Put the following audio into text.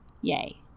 Yay